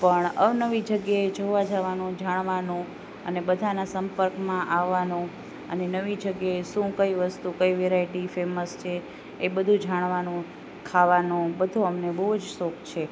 પણ અવનવી જગ્યાએ જોવા જવાનું જાણવાનું અને બધાના સંપર્કમાં આવવાનું અને નવી જગ્યાએ શું કઈ વસ્તુ કઈ વેરાયટી ફેમશ છે એ બધું જાણવાનું ખાવાનું બધું જ અમને બહુ જ શોખ છે